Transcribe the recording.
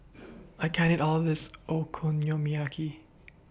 I can't eat All This Okonomiyaki